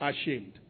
ashamed